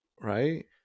right